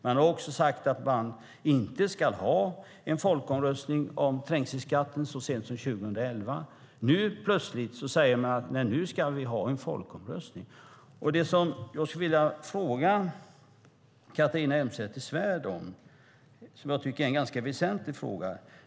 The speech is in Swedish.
De har också sagt, så sent som 2011, att man inte ska ha en folkomröstning om trängselskatten. Nu plötsligt säger de att nu ska vi ha en folkomröstning. Jag skulle vilja ställa en fråga till Catharina Elmsäter-Svärd som jag tycker är ganska väsentlig.